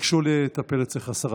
ייגשו לטפל אצלך, השרה.